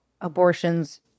abortions